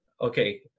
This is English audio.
okay